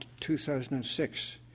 2006